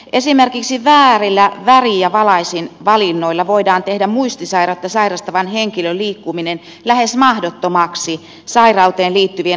esimerkiksi väärillä väri ja valaisinvalinnoilla voidaan tehdä muistisairautta sairastavan henkilön liikkuminen lähes mahdottomaksi sairauteen liittyvien hahmottamisvaikeuksien takia